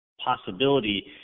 possibility